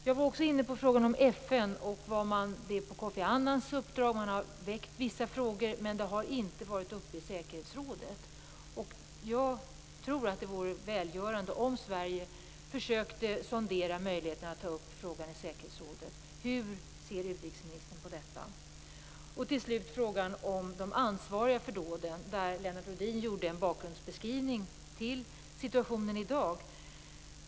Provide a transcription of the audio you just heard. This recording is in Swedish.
Jag var också inne på frågan om FN, som på Kofi Annans uppdrag har väckt vissa frågor. Frågorna har emellertid inte varit uppe i säkerhetsrådet. Jag tror att det vore välgörande om Sverige försökte sondera möjligheten att ta upp frågan i säkerhetsrådet. Hur ser utrikesministern på detta? Till slut frågan om de ansvariga för dåden. Lennart Rohdin gjorde en bakgrundsbeskrivning av situationen i dag.